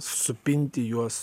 supinti juos